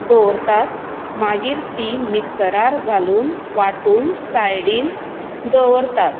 दवरतात मागीर ती मिक्सरार घालून वाटून सायडीन दवरतात